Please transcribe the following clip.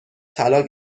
طلا